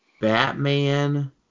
Batman